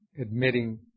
admitting